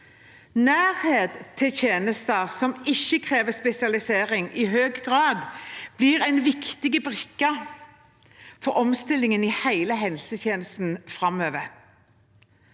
Nærhet til tjenester som ikke krever spesialisering i høy grad, blir en viktig brikke for omstillingen i hele helsetjenesten framover.